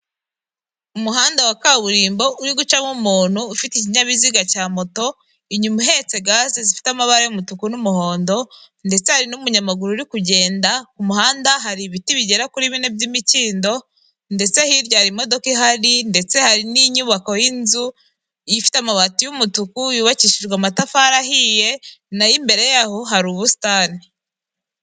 Umuhanda wa kaburimbo uri gucamo umuntu ufite ikinyabiziga cya moto, inyuma ihetse gaze zifite amabara y'umutuku n'umuhondo ndetse hari n'umunyamaguru uri kugenda, ku muhanda hari ibiti bigera kuri bine by'imikindo ndetse hirya hari imodoka ihari ndetse hari n'inyubako y'inzu ifite amabati y'umutuku, yubakishijwe amatafari ahiye, na yo imbere yaho hari ubusitani.